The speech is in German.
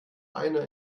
einer